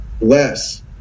less